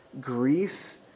grief